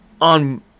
on